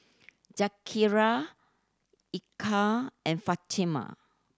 Zakaria Eka and Fatimah